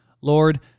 Lord